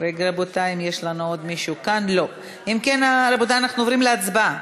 אם כן, רבותי, אנחנו עוברים להצבעה.